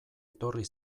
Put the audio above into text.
etorri